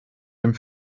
dem